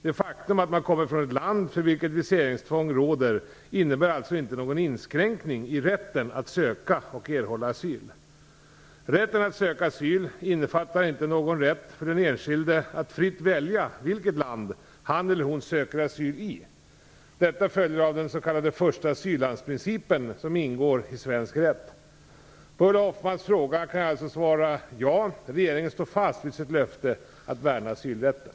Det faktum att man kommer från ett land för vilket viseringstvång råder innebär alltså inte någon inskränkning i rätten att söka och erhålla asyl. Rätten att söka asyl innefattar inte någon rätt för den enskilde att fritt välja vilket land han eller hon söker asyl i. Detta följer av den s.k. första asyllandsprincipen, som ingår i svensk rätt. På Ulla Hoffmanns fråga kan jag alltså svara ja. Regeringen står fast vid sitt löfte att värna asylrätten.